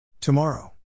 Tomorrow